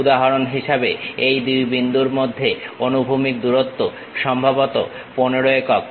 উদাহরন হিসাবে এই দুটো বিন্দুর মধ্যে অনুভূমিক দূরত্ব সম্ভবত 15 একক